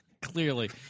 clearly